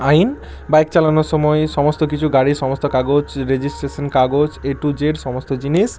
আইন বাইক চালানোর সময় সমস্ত কিছু গাড়ির সমস্ত কাগজ রেজিস্ট্রেশন কাগজ এ টু জেড সমস্ত জিনিস